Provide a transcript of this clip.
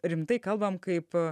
rimtai kalbam kaip